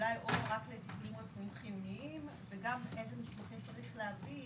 אולי או רק לטיפולים רפואיים חיוניים וגם איזה מסמכים צריך להביא,